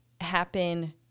happen